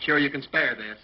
sure you can spare the